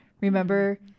Remember